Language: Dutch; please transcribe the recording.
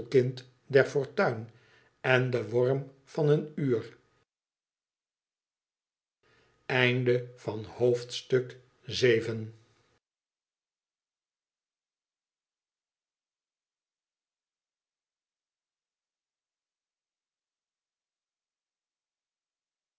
der fortuin en den worm van een uur